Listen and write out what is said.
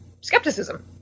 skepticism